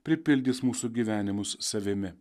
pripildys mūsų gyvenimus savimi